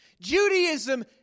Judaism